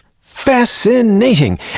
Fascinating